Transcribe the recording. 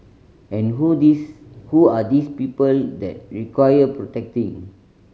and who these who are these people that require protecting